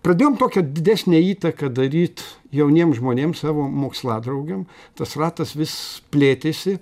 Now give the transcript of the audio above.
pradėjom tokią didesnę įtaką daryt jauniem žmonėm savo moksladraugiam tas ratas vis plėtėsi